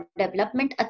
development